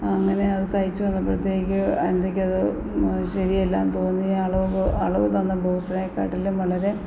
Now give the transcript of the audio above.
അങ്ങനെ അത് തയ്ച്ചുവന്നപ്പഴത്തേക്ക് അനിതയ്ക്ക് അത് ശരിയല്ലാന്ന് തോന്നി അളവ് അളവ് തന്ന ബ്ലൗസിനെക്കാട്ടിലും വളരെ